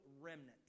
remnant